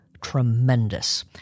tremendous